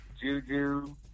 Juju